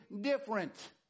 different